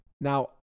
Now